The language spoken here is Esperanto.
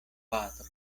patro